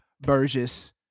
Burgess